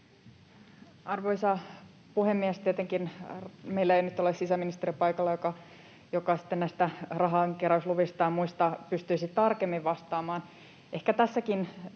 Arvoisa puhemies! Tietenkään meillä ei nyt ole sisäministeri paikalla, joka sitten näistä rahankeräysluvista ja muista pystyisi tarkemmin vastaamaan.